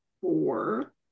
four